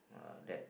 uh that